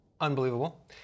unbelievable